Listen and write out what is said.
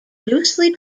loosely